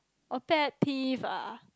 oh pet peeve ah